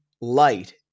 light